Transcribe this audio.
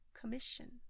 commission